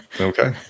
Okay